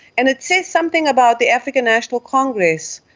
and it says something about the african national congress,